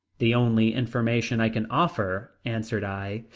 the only information i can offer, answered i,